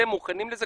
אתם מוכנים לזה?